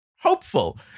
hopeful